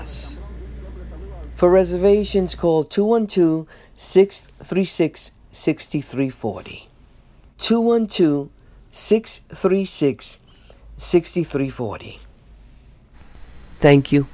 us for reservations call two one two six three six sixty three forty two one two six three six sixty three forty thank you